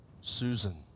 Susan